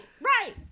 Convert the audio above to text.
right